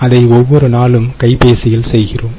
அதை ஒவ்வொரு நாளும் கைபேசியில் செய்கிறோம்